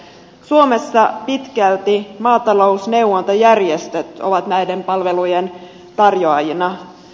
suomessa pitkälti maatalousneuvontajärjestöt ovat näiden palvelujen tarjoajina